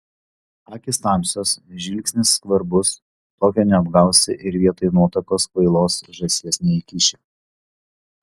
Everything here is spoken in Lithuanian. akys tamsios žvilgsnis skvarbus tokio neapgausi ir vietoj nuotakos kvailos žąsies neįkiši